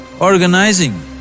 organizing